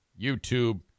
YouTube